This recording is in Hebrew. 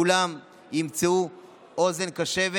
כולם ימצאו אוזן קשבת